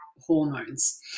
hormones